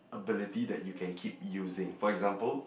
ability that you can keep using for example